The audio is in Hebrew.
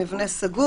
"מבנה סגור"